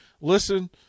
listen